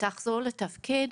ותחזור לתפקד.